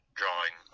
drawing